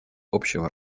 общего